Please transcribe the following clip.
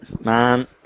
Man